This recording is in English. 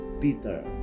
Peter